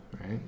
right